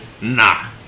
Nah